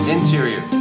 Interior